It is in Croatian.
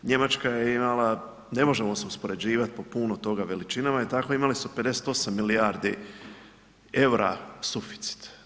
Njemačka je imala, ne možemo se uspoređivati po puno toga, veličinama i tako, imali su 58 milijardi eura suficit.